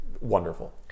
wonderful